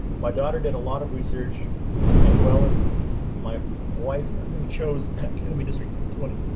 my daughter did a lot of research and well as my wife and they chose academy district twenty.